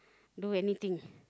do anything